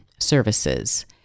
services